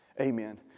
Amen